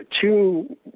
two